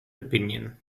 opinion